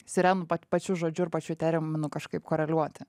sirenų pa pačiu žodžiu ir pačiu terminu kažkaip koreliuoti